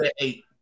eight